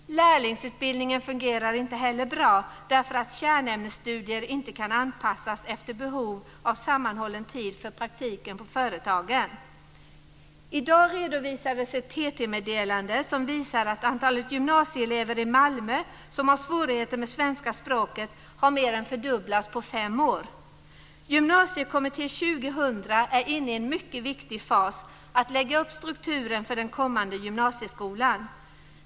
Lärlingsutbildningen fungerar inte heller bra, därför att kärnämnesstudier inte kan anpassas efter behov av sammanhållen tid för praktiken på företagen. I dag redovisades ett TT-meddelande som visar att antalet gymnasieelever i Malmö som har svårigheter med svenska språket har mer än fördubblats på fem år. Gymnasiekommitté 2000 är inne i en mycket viktig fas, att lägga upp strukturen för den kommande gymnasieskolan.